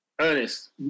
Ernest